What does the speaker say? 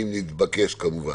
אם נתבקש כמובן.